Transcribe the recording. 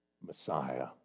Messiah